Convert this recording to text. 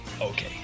Okay